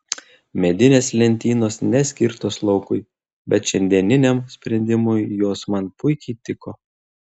medinės lentynos neskirtos laukui bet šiandieniniam sprendimui jos man puikiai tiko